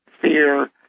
fear